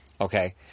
Okay